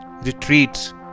retreats